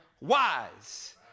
wise